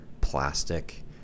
plastic